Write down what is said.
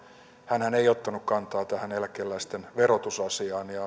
hänhän ei ottanut kantaa tähän eläkeläisten verotusasiaan